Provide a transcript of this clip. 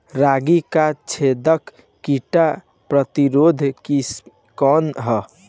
रागी क छेदक किट प्रतिरोधी किस्म कौन ह?